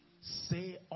Say